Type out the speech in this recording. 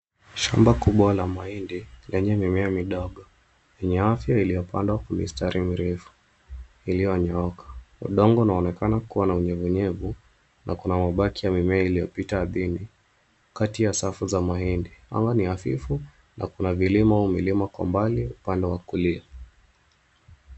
Shamba kubwa la mahindi lenye mimea midogo, yenye afya iliyopandwa kwa misatri mirefu iliyonyooka. Udongo unaonekana kuwa na unyevunyevu na kuna mabaki ya mimea iliyopita ardhini kati ya safu za mahindi ama ni hafifu na kuna vilimo au milima kwa mbali upande wa kulia